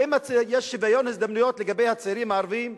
האם יש שוויון הזדמנויות לצעירים הערבים?